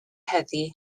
heddiw